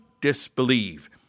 disbelieve